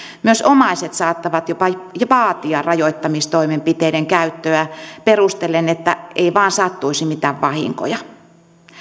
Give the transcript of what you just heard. myös omaiset saattavat jopa vaatia rajoittamistoimenpiteiden käyttöä perustellen että ei vain sattuisi mitään vahinkoja